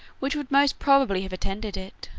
which would most probably have attended it.